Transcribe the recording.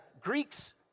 Greeks